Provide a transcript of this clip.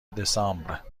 دسامبر